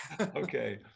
Okay